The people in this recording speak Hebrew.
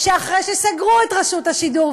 שאחרי שסגרו את רשות השידור,